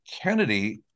Kennedy